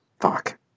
Fuck